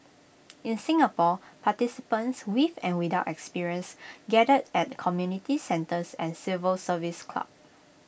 in Singapore participants with and without experience gathered at community centres and civil service clubs